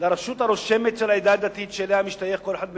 לרשות הרושמת של העדה הדתית שאליה משתייך כל אחד מבני-הזוג,